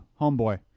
Homeboy